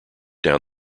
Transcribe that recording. down